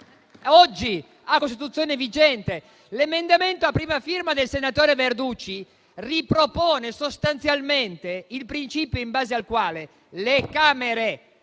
Oggi, a Costituzione vigente, l'emendamento a prima firma del senatore Verducci ripropone sostanzialmente il principio in base al quale le Camere